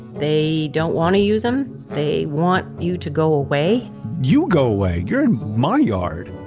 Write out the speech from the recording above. they don't want to use them. they want you to go away you go away! you're in my yard!